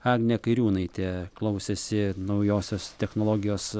agnė kairiūnaitė klausėsi naujosios technologijos